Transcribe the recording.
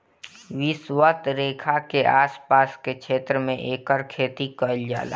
विषवत रेखा के आस पास के क्षेत्र में एकर खेती कईल जाला